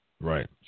Right